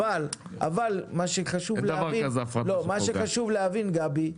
אבל חשוב להבין, גבי,